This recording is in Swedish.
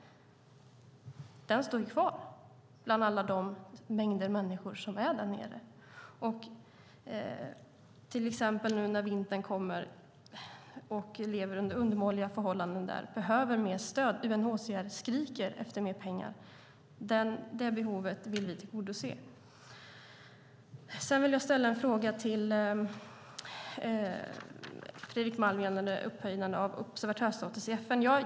Den finns kvar bland alla de mängder människor som är där nere. Till exempel nu när vintern kommer lever de under undermåliga förhållanden och behöver mer stöd. UNHCR skriker efter mer pengar. Det behovet vill vi tillgodose. Jag vill ställa en fråga till Fredrik Malm gällande upphöjande av observatörsstatus i FN.